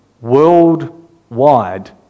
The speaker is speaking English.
worldwide